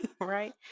right